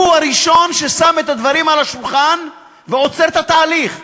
הוא הראשון ששם את הדברים על השולחן ועוצר את התהליך.